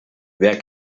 wer